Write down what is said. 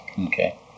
Okay